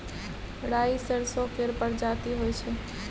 राई सरसो केर परजाती होई छै